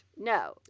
No